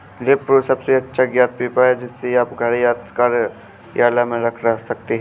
repro सबसे अच्छा ज्ञात पेपर है, जिसे आप घर या कार्यालय में रख सकते हैं